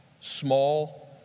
small